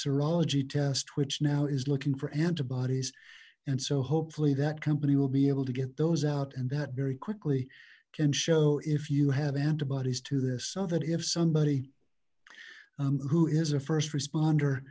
serology tests which now is looking for antibodies and so hopefully that company will be able to get those out and that very quickly can show if you have antibodies to this so that if somebody who is a first